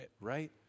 Right